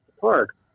park